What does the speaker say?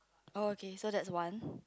oh okay so that's one